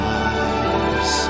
eyes